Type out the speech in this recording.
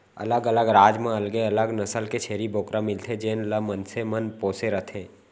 अलग अलग राज म अलगे अलग नसल के छेरी बोकरा मिलथे जेन ल मनसे मन पोसे रथें